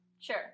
Sure